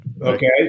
Okay